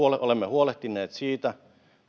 olemme huolehtineet siitä